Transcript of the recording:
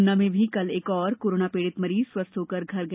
पन्ना में भी कल एक और कोरोना पीड़ित मरीज स्वस्थ होकर घर गया